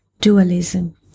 dualism